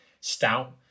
stout